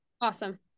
Awesome